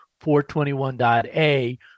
421.A